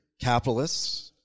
Capitalists